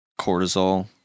Cortisol